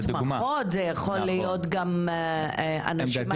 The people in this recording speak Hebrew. על המתמחות, זה יכול להיות גם אנשים אחרים.